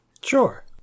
Sure